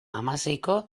hamaseiko